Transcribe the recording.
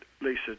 Lisa